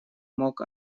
мог